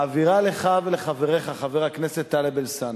מעבירה לך ולחבריך, חבר הכנסת טלב אלסאנע,